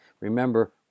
Remember